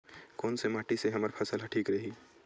कोन से माटी से हमर फसल ह ठीक रही?